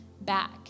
back